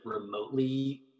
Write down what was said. remotely